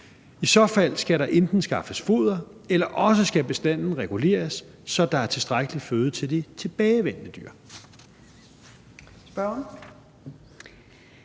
I så fald skal der enten skaffes mere foder, eller også skal bestanden reguleres, så der er tilstrækkelig føde til de tilbageværende dyr.